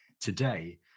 today